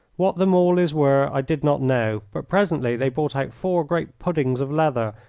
what the mawleys were i did not know, but presently they brought out four great puddings of leather,